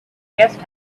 guest